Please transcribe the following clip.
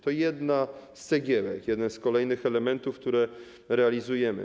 To jedna z cegiełek, jeden z kolejnych elementów, które realizujemy.